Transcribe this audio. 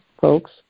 folks